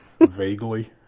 Vaguely